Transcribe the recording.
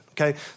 okay